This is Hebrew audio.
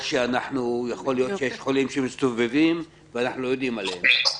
או שיכול להיות שיש חולים שמסתובבים ואנחנו לא יודעים עליהם.